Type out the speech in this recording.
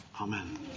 Amen